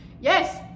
yes